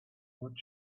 what